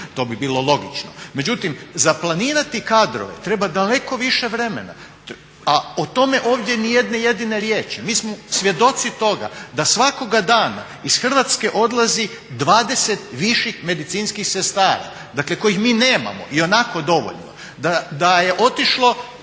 To bi bilo logično. Međutim, za planirati kadrove treba daleko više vremena a tome ovdje ni jedne jedine riječi. Mi smo svjedoci toga da svakoga dana iz Hrvatske odlazi 20 viših medicinskih sestara, dakle kojih mi nemamo ionako dovoljno. Da je otišlo